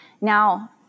now